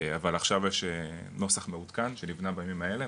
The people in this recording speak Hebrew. אבל עכשיו יש נוסח מעודכן שנבנה בימים האלה,